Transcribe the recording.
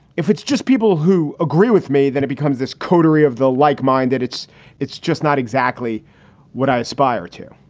if it's just people who agree with me, then it becomes this coterie of the like minded that it's it's just not exactly what i aspire to.